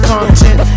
Content